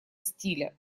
стиля